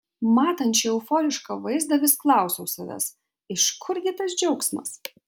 matant šį euforišką vaizdą vis klausiau savęs iš kur gi tas džiaugsmas